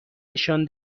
نشان